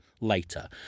later